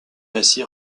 récit